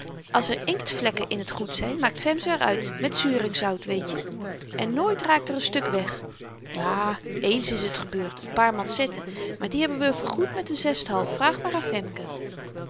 als er inktvlekken in t goed zyn maakt fem ze r uit met zuringzout weetje en nooit raakt er n stuk weg ja eens is t gebeurd n paar mansetten maar die hebben we vergoed met n zesthalf vraag maar aan femke